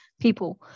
people